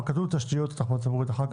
אבל כתוב 'תשתיות של תחבורה ציבורית' אחר כך.